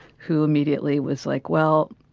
who immediately was like, well,